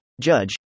judge